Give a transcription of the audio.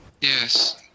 Yes